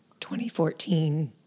2014